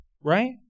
right